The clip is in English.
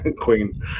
Queen